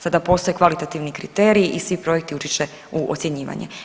Sada postoje kvalitativni kriteriji i svi projekti ući će u ocjenjivanje.